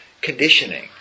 conditioning